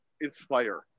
inspire